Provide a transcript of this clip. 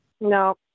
no